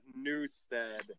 Newstead